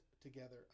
together